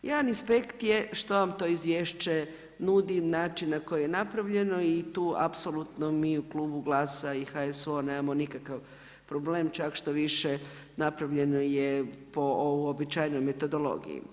Jedan aspekt je što vam to izvješće nudi, način na koji je napravljeno i tu apsolutno mi u klubu GLAS-a i HSU-a nemamo nikakav problem, čak štoviše, napravljeno po uobičajenoj metodologiji.